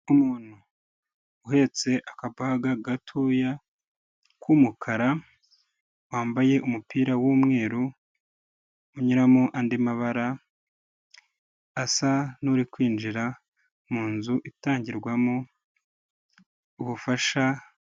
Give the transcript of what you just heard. Umuntu uhetse akabaga gatoya k'umukara, wambaye umupira w’umweru unyuramo andi mabara, asa n’uri kwinjira mu nzu itangirwamo ubufasha.